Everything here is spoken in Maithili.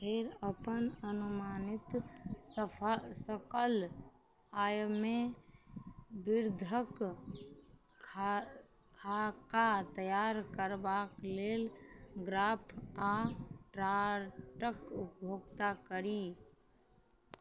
फेर अपन अनुमानित सफा सकल आयमे वृद्धके खा खाका तैआर करबाक लेल ग्राफ आओर चार्टके उपयोग करी